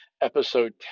Episode